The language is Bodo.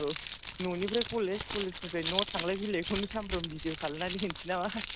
औ न'निफ्राय कलेज कलेजनिफ्राय न' थांलायफैलायखौनो सामफ्रामबो भिडिय' खालामनानै होनोसै नामा